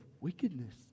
wickedness